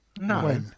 No